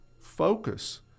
focus